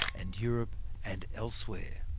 and europe and elsewhere.